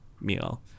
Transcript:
meal